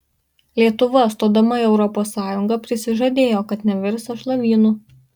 lietuva stodama į europos sąjungą prisižadėjo kad nevirs sąšlavynu